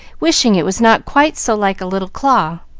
wishing it was not quite so like a little claw.